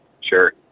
Sure